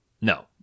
No